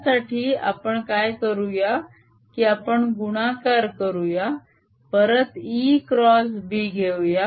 त्यासाठी आपण काय करूया की आपण गुणाकार करूया परत E क्रॉस B घेऊया